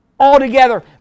altogether